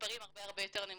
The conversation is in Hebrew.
במספרים הרבה יותר נמוכים,